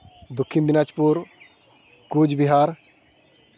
Dakshin Dinajpur Cooch Behar